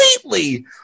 completely